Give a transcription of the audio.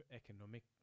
economic